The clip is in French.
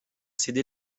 céder